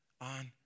on